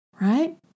right